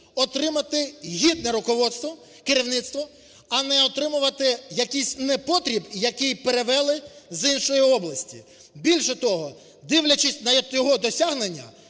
отримати гідне керівництво, а не отримувати якийсь непотріб, який перевели з іншої області. Більше того, дивлячись на його досягнення,